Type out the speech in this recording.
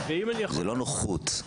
זה לא נוחות.